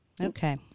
okay